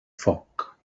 foc